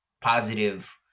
positive